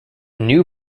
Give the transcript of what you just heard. new